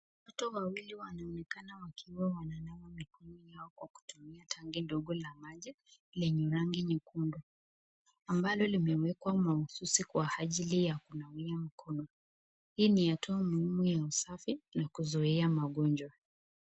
Watoto wawili wanaonekana wakiwa wananawa mikono yao kwa kutumia tanki ndogo la maji lenye rangi nyekundu ambalo limewekwa mahususi kwa ajili ya kunawia mikono. Hii ni hatua muhimu ya usafi na kuzuia magonjwa.